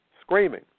screaming